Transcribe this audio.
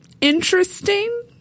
interesting